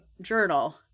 journal